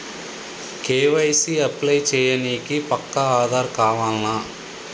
KYC apply చేయనీకి పక్కా ఆధార్ కావాల్నా?